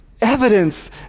evidence